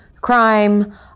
crime